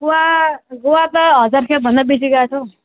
गोवा गोवा त हजार खेप भन्दा बेसी गएको छु